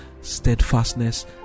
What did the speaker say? steadfastness